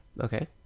Okay